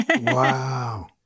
Wow